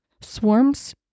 swarms